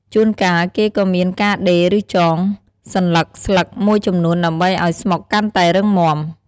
ជួនកាល គេក៏មានការដេរ ឬចង សន្លឹកស្លឹកមួយចំនួនដើម្បីឲ្យស្មុកកាន់តែរឹងមាំ។